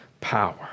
power